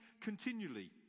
continually